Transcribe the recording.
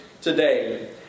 today